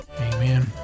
Amen